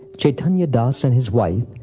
chaitanya das and his wife,